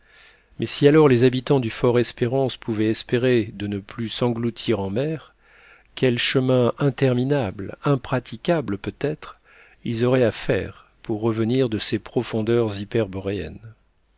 mais si alors les habitants du fort espérance pouvaient espérer de ne plus s'engloutir en mer quel chemin interminable impraticable peut-être ils auraient à faire pour revenir de ces profondeurs